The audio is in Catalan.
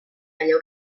allò